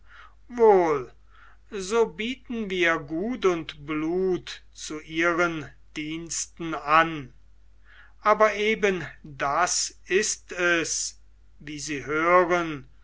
wohl so bieten wir gut und blut zu ihren diensten an aber eben das ist es wie sie hören